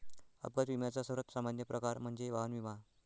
अपघात विम्याचा सर्वात सामान्य प्रकार म्हणजे वाहन विमा